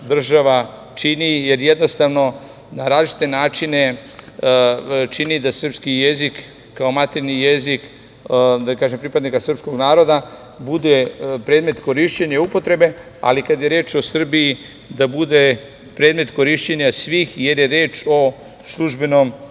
država čini, jer jednostavno na različite načine čini da srpski jezik kao maternji jezik, pripadnika srpskog naroda bude predmet korišćenja i upotrebe, ali kada je reč o Srbiji da bude predmet korišćenja svih, jer je reč o službenom